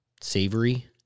savory